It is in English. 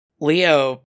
Leo